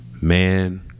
Man